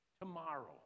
tomorrow